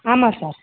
ஆமாம் சார்